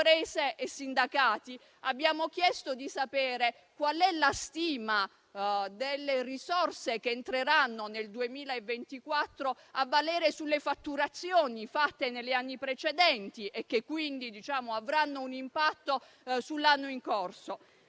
e sindacati, abbiamo chiesto di sapere qual è la stima delle risorse che entreranno nel 2024 a valere sulle fatturazioni fatte negli anni precedenti, che quindi avranno un impatto sull'anno in corso.